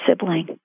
sibling